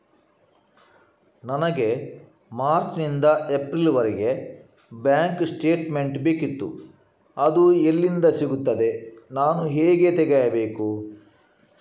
ನನಗೆ ಮಾರ್ಚ್ ನಿಂದ ಏಪ್ರಿಲ್ ವರೆಗೆ ಬ್ಯಾಂಕ್ ಸ್ಟೇಟ್ಮೆಂಟ್ ಬೇಕಿತ್ತು ಅದು ಎಲ್ಲಿಂದ ಸಿಗುತ್ತದೆ ನಾನು ಹೇಗೆ ತೆಗೆಯಬೇಕು?